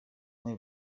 umwe